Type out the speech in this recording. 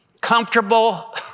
comfortable